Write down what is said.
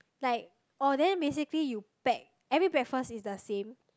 like oh basically you pack every breakfast is the same